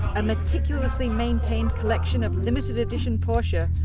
a meticulously maintained collection of limited-edition porsche,